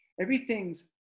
Everything's